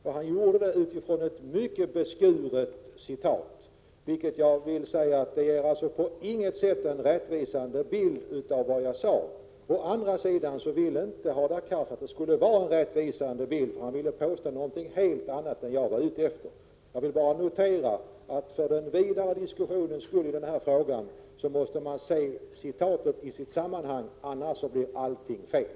Det gjorde han utifrån ett mycket beskuret citat. Det gav på intet sätt en rättvisande bild av vad jag sade. Å andra sidan ville inte Hadar Cars att det skulle vara en rättvisande bild. Han ville påstå något helt annat än det som jag var ute efter. Jag vill bara notera att för den vidare diskussionens skull i den här frågan måste man se citatet i sitt sammanhang. Annars blir allt fel.